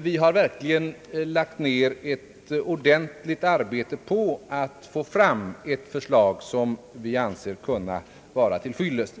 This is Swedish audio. Vi har verkligen lagt ned ett ordentligt arbete på att få fram ett förslag som vi anser vara till fyllest.